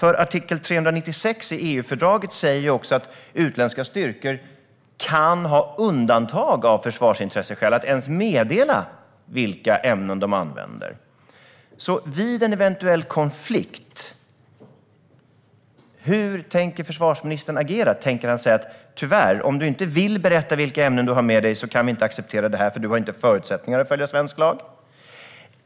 I artikel 396 i EU-fördraget sägs det att utländska styrkor kan ha undantag av försvarsintresseskäl att ens meddela vilka ämnen de använder. Hur tänker försvarsministern agera vid en eventuell konflikt? Tänker han säga: Tyvärr, om du inte vill berätta vilka ämnen som du har med dig kan vi inte acceptera detta eftersom du inte har förutsättningar att följa svensk lag?